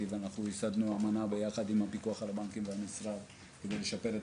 וייסדנו אמנה יחד עם הפיקוח על הבנקים במשרד כדי לשפר את